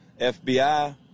FBI